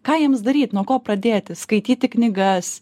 ką jiems daryt nuo ko pradėti skaityti knygas